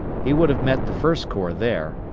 he would have met the first corps there,